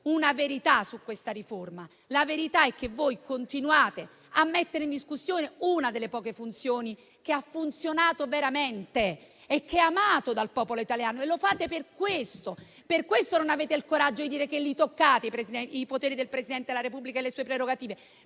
una verità su questa riforma? La verità è che voi continuate a mettere in discussione uno dei pochi ruoli che hanno funzionato veramente e che sono amati dal popolo italiano e lo fate per questo. Per questo non avete il coraggio di dire che toccate i poteri del Presidente della Repubblica e le sue prerogative: